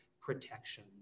protection